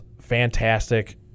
fantastic